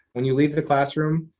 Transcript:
when you leave the classroom,